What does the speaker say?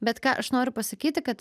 bet ką aš noriu pasakyti kad